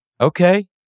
Okay